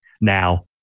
now